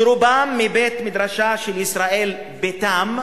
שרובם מבית-מדרשה של "ישראל ביתם",